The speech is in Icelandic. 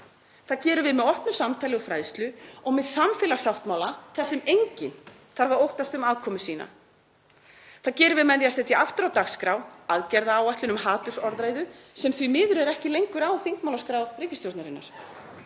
Það gerum við með opnu samtali og fræðslu og með samfélagssáttmála þar sem enginn þarf að óttast um afkomu sína. Það gerum við með því að setja aftur á dagskrá aðgerðaáætlun gegn hatursorðræðu, sem er því miður ekki lengur á þingmálaskrá ríkisstjórnarinnar.